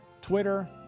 Twitter